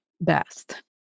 best